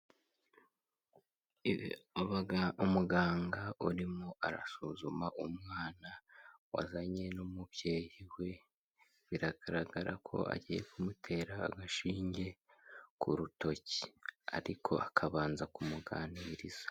Umuganga urimo arasuzuma umwana wazanye n'umubyeyi we biragaragara ko agiye kumutera agashinge ku rutoki, ariko akabanza kumuganiriza.